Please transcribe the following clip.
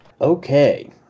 Okay